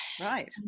right